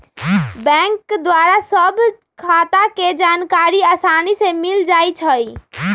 bank द्वारा सभ खता के जानकारी असानी से मिल जाइ छइ